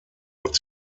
hat